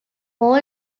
all